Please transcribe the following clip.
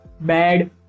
bad